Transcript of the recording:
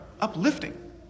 uplifting